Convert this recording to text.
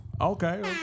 Okay